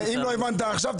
אם לא הבנת עכשיו,